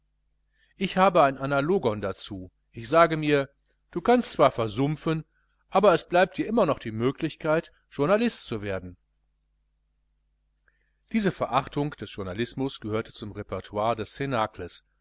ich habe ein analogon dazu ich sage mir du kannst zwar versumpfen aber es bleibt dir immer noch die möglichkeit journalist zu werden diese verachtung des journalismus gehörte zum repertoire des